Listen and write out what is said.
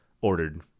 ordered